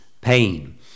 pain